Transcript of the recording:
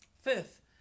Fifth